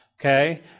okay